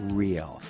real